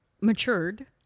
matured